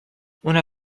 una